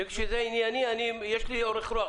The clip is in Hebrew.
כשזה ענייני, יש לי אורך רוח.